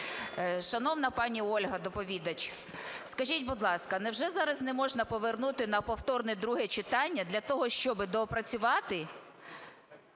Шановна пані Ольга доповідач, скажіть, будь ласка, невже зараз не можна повернути на повторне друге читання для того, щоби доопрацювати